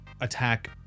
attack